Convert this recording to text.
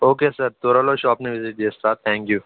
okay sir త్వరలో షాప్ని visit చేస్తా త్యాంక్ యూ